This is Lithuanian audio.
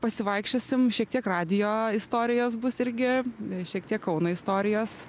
pasivaikščiosim šiek tiek radijo istorijos bus irgi šiek tiek kauno istorijos